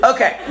Okay